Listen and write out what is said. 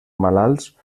malalts